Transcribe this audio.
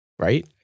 Right